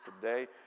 today